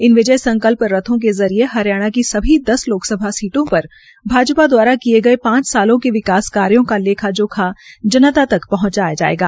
इन विजय संकल्प रथों के जरिये हरियाणा की सभी दस सीटों पर भाजपा दवारा किए गये पांच सालों के विकास कार्यो का लेखाजोखा जनता तक पहंचाया जायेगा